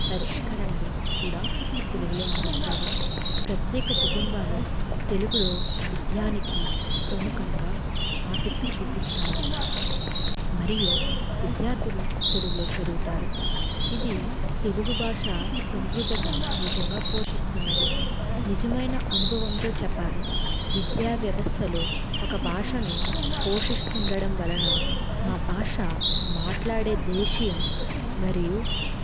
పరిష్కరణలు కూడా తెలుగులో అందిస్తారు ప్రత్యేక కుటుంబాలు తెలుగులో విద్యకి ప్రముఖంగా ఆసక్తి చూపిస్తాయి మరియు విద్యార్థులు తెలుగులో చదువుతారు ఇది తెలుగు భాష సమృద్దత నిజంగా పోషిస్తున్నది నిజమైన అనుభవంతో చెప్పాలి విద్యావ్యవస్థలో ఒక భాషను పోషిస్తుండడం వలన ఆ భాష మాట్లాడే దేశీయం మరియు